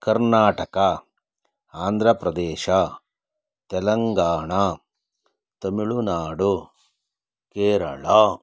Karnataka Andhra Pradesh Telangana Tamil Nadu Kerala